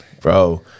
Bro